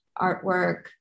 artwork